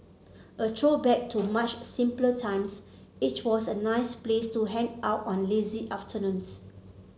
a throwback to much simpler times it was a nice place to hang out on lazy afternoons